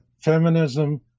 feminism